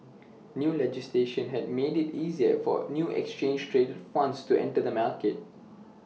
new legislation has made IT easier for new exchange traded funds to enter the market